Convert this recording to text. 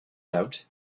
out